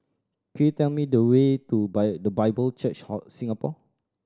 could you tell me the way to The Bible Church Singapore